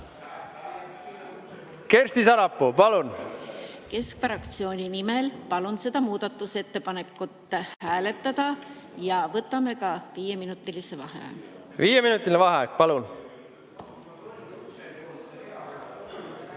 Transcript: Kersti Sarapuu, palun! Keskfraktsiooni nimel palun seda muudatusettepanekut hääletada ja võtame ka viieminutilise vaheaja. Keskfraktsiooni nimel palun